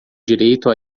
direito